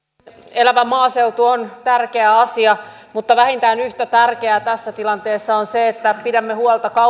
elävä maaseutu on tärkeä asia mutta vähintään yhtä tärkeää tässä tilanteessa on se että pidämme huolta